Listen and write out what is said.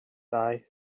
dau